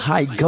High